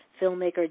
filmmaker